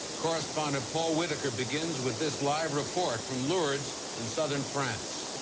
correspondent paul whitaker begins with this live report from lourdes in southern france.